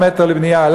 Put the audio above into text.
מטר בנייה,